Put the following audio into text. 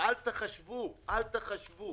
וחלה עלינו חובת סודיות,